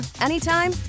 anytime